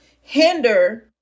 hinder